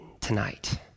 tonight